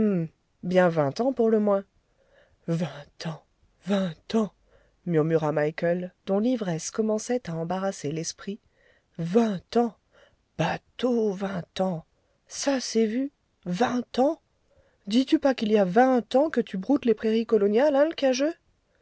bien vingt ans pour le moins vingt ans vingt ans murmura michaël dont l'ivresse commençait à embarrasser l'esprit vingt ans bateau vingt ans ça s'est vu vingt ans dis-tu pas qu'il y a vingt ans que tu broutes les prairies coloniales hein